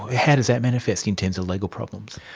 how does that manifest in terms of legal problems?